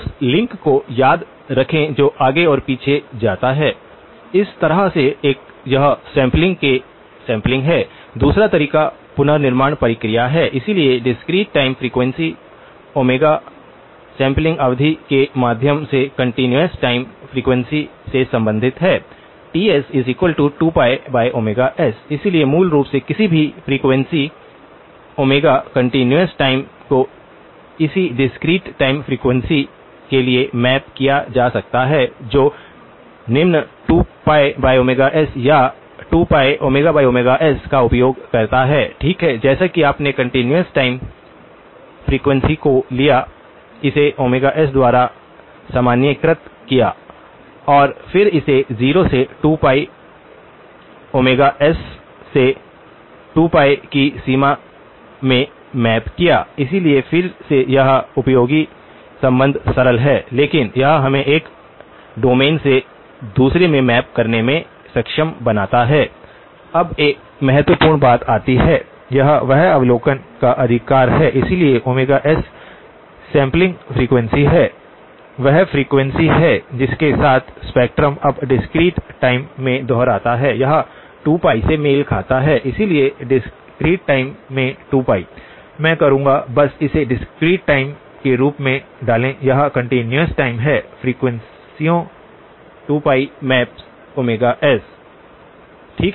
उस लिंक को याद रखें जो आगे और पीछे जाता है एक तरह से यह सैंपलिंग है दूसरा तरीका पुनर्निर्माण प्रक्रिया है इसलिए discrete time frequency omega sampling अवधि के माध्यम से कंटीन्यूअस टाइम फ्रीक्वेंसी से संबंधित है Ts2πs इसलिए मूल रूप से किसी भी फ्रीक्वेंसी ओमेगा कंटीन्यूअस टाइम को इसी डिस्क्रीट टाइम फ्रीक्वेंसी के लिए मैप किया जा सकता है जो निम्न 2πs या 2πΩs का उपयोग करता है ठीक है जैसा कि आपने कंटीन्यूअस टाइम फ्रीक्वेंसी को लिया इसे Ωs द्वारा सामान्यीकृत किया और फिर इसे 0 से 2 π ओमेगा एस 1622 से 2 π की सीमा में मैप किया इसलिए फिर से यह उपयोगी संबंध सरल है लेकिन यह हमें एक डोमेन से दूसरे में मैप करने में सक्षम बनाता है अब एक महत्वपूर्ण बात आती है यह एक अवलोकन का अधिक है इसलिए s सैंपलिंग फ्रीक्वेंसी है वह फ्रीक्वेंसी है जिसके साथ स्पेक्ट्रम अब डिस्क्रीट टाइम में दोहराता है यह 2π से मेल खाता है इसलिए डिस्क्रीट टाइम में 2π मैं करूँगा बस इसे डिस्क्रीट टाइम के रूप में डालें यह कंटीन्यूअस टाइम है फ्रीक्वेंसीयों 2π मैप्स s ठीक है